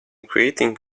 creating